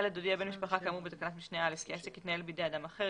הודיע בן משפחה כאמור בתקנת משנה (א) כי העסק יתנהל בידי אדם אחר,